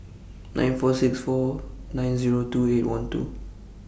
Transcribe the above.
nine four six four nine Zero two eight one two